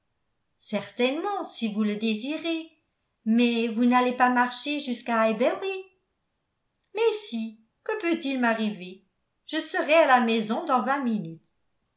certainement si vous le désirez mais vous n'allez pas marcher jusqu'à highbury mais si que peut-il m'arriver je serai à la maison dans vingt minutes